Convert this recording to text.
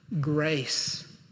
grace